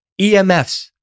EMFs